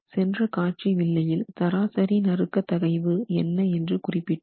சென்ற காட்சி வில்லையில் சராசரி நறுக்க தகைவு என்ன என்று குறிப்பிட்டோம்